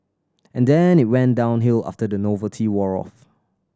and then it went downhill after the novelty wore off